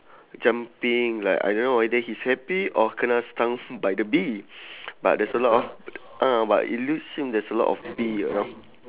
jumping like I don't know whether he's happy or kena stung by the bee but there's a lot of ah but it look seem there's a lot of bee around